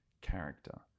character